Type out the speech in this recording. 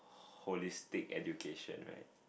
holistic education right